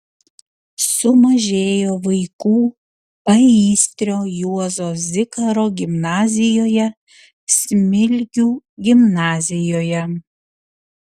sumažėjo vaikų paįstrio juozo zikaro gimnazijoje smilgių gimnazijoje